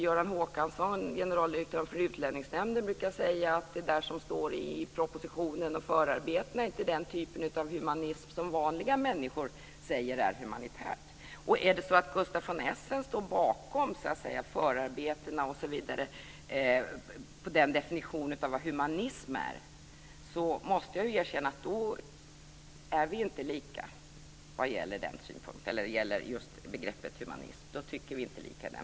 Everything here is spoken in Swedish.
Göran Håkansson, generaldirektör för Utlänningsnämnden, brukar säga att det som står i propositioner och förarbeten inte är samma typ av humanism som vanliga människor menar när de talar om vad som är humanitärt. Om det är så att Gustaf von Essen står bakom förarbetenas definition av humanism, måste jag erkänna att vi inte tycker lika i den frågan.